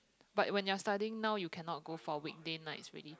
but when you are studying now you cannot go for weekday's night already